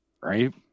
right